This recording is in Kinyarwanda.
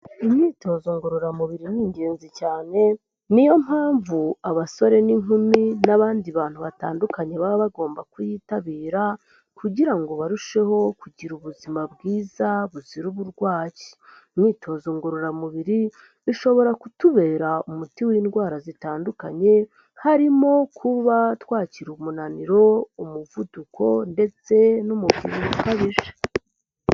Imyitozo ngororamubiri ni ingenzi cyane, niyo mpamvu abasore n'inkumi n'abandi bantu batandukanye baba bagomba kuyitabira kugira ngo barusheho kugira ubuzima bwiza buzira uburwayi. Imyitozo ngororamubiri ishobora kutubera umuti w'indwara zitandukanye harimo kuba twakira umunaniro, umuvuduko ndetse n'umubyibuho ukabije.